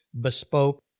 bespoke